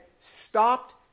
stopped